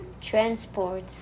transport